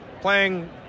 playing